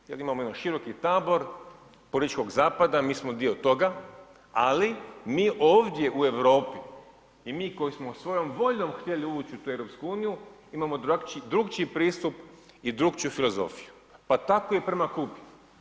Mi s njima imamo jedan široki tabor političkog zapada, mi smo dio toga ali mi ovdje u Europi i mi koji smo svojom voljom htjeli ući u tu EU imamo drukčiji pristup i drukčiju filozofiju, pa tako i prema Kubi.